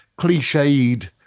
cliched